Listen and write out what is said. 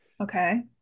Okay